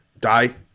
die